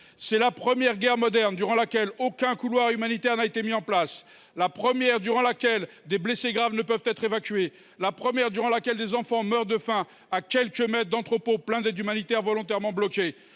C’est la première guerre moderne durant laquelle aucun couloir humanitaire n’a été mis en place, la première guerre moderne durant laquelle des blessés graves ne peuvent être évacués, la première guerre moderne durant laquelle des enfants meurent de faim à quelques mètres d’entrepôts pleins d’aide humanitaire volontairement bloquée,